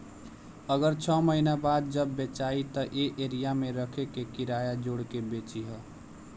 अगर छौ महीना बाद जब बेचायी त ए एरिया मे रखे के किराया जोड़ के बेची ह